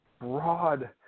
broad